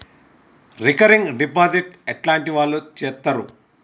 Recurring deposit ఎట్లాంటి వాళ్లు చేత్తరు?